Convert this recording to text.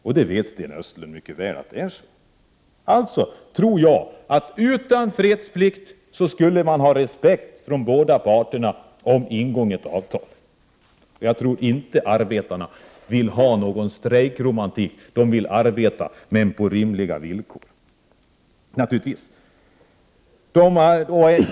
Sten Östlund vet mycket väl att det är så. Därför tror jag att man från båda parternas sida skulle ha respekt för ingånget avtal även utan fredsplikt. Jag tror inte att arbetarna vill ha någon strejkromantik. De vill arbeta — naturligtvis på rimliga villkor.